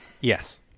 Yes